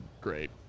great